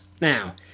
Now